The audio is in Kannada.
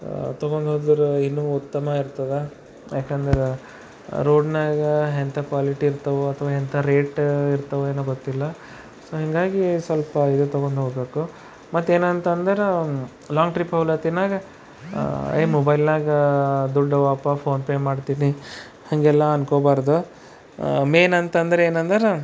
ತೊಗೊಂಡೋದರೂ ಇನ್ನೂ ಉತ್ತಮ ಇರ್ತದ ಯಾಕೆಂದರೆ ರೋಡ್ನಾಗ ಎಂಥ ಕ್ವಾಲಿಟಿ ಇರ್ತವ ಅಥವಾ ಎಂಥ ರೇಟ್ ಇರ್ತವ ಏನೋ ಗೊತ್ತಿಲ್ಲ ಸೊ ಹೀಗಾಗಿ ಸ್ವಲ್ಪ ಇದು ತೊಗೊಂಡೋಗ್ಬೇಕು ಮತ್ತೆ ಏನಂತಂದರೆ ಲಾಂಗ್ ಟ್ರಿಪ್ ಹೋಗ್ಲತ್ತಿನಾಗ ಈ ಮೊಬೈಲ್ನಾಗ ದುಡ್ಡವಪ್ಪಾ ಫೋನ್ ಪೇ ಮಾಡ್ತೀನಿ ಹಾಗೆಲ್ಲ ಅನ್ಕೋಬಾರ್ದು ಮೇಯ್ನ್ ಅಂತಂದ್ರೆ ಏನಂದರೆ